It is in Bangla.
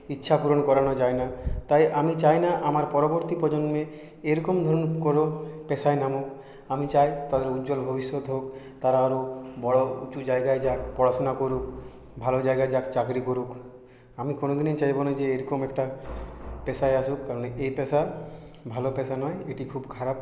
ইচ্ছাপূরণ করানো যায় না তাই আমি চাই না আমার পরবর্তী প্রজন্মে এরকম ধরনের কোনো পেশায় নামুক আমি চাই তাদের উজ্জ্বল ভবিষ্যৎ হোক তারা আরো বড়ো উঁচু জায়গায় যাক পড়াশুনা করুক ভালো জায়গায় যাক চাকরি করুক আমি কোনোদিনই চাইবো না যে এরকম একটা পেশায় আসুক কারণ এই পেশা ভালো পেশা নয় এটি খুব খারাপ